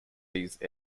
these